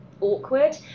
awkward